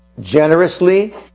generously